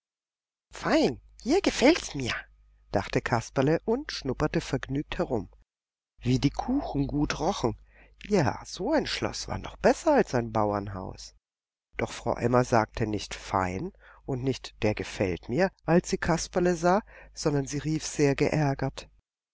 fein hier gefällt's mir dachte kasperle und schnupperte vergnügt herum wie die kuchen gut rochen ja so ein schloß war noch besser als ein bauernhaus doch frau emma sagte nicht fein und nicht der gefällt mir als sie kasperle sah sondern sie rief sehr geärgert